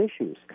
issues